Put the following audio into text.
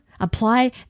apply